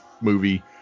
movie